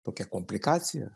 tokia komplikacija